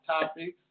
Topics